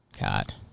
God